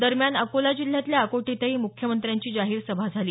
दरम्यान अकोला जिल्ह्यातल्या अकोट इथंही मुख्यमंत्र्यांची जाहीर सभा झाली